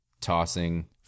tossing